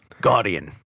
Guardian